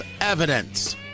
evidence